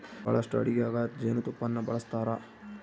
ಬಹಳಷ್ಟು ಅಡಿಗೆಗ ಜೇನುತುಪ್ಪನ್ನ ಬಳಸ್ತಾರ